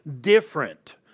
different